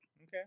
Okay